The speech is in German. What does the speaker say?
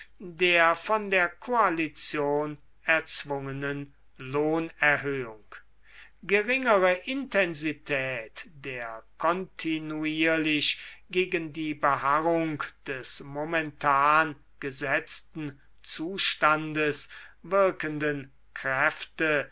der von der koalition erzwungenen lohnerhöhung geringere intensität der kontinuierlich gegen die beharrung des momentan gesetzten zustandes wirkenden kräfte